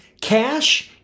cash